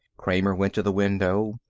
kramer went to the window.